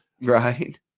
Right